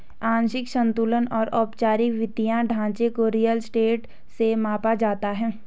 आंशिक संतुलन और औपचारिक वित्तीय ढांचे को रियल स्टेट से मापा जाता है